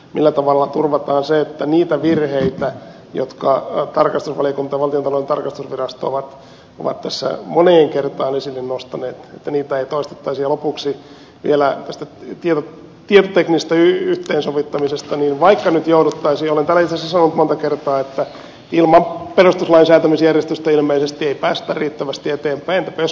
millä tavalla turvataan se että niitä virheitä jotka on varsin valitettavan tutulta virastovara ovat tässä imuliike olisi innostuneet pelipaikoista taisi lopuksi vielä ostot tilitiedot ja teknistä yhteensovittamisestani vaikka nyt jouduttaisiin kai tässä on monta kertaa että ilman perustuslain säätämisjärjestystä ilmeisesti ei päästä riittävästi eteenpäin jos